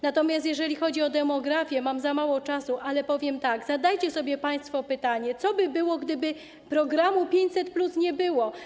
Natomiast jeżeli chodzi o demografię, mam za mało czasu, ale powiem tak: zadajcie sobie państwo pytanie, co by było, gdyby programu 500+ nie było.